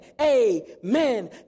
amen